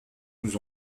nous